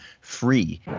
free